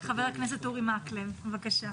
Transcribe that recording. חבר הכנסת אורי מקלב, בבקשה.